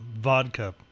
vodka